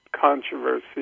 controversy